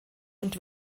und